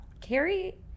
Carrie